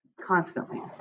constantly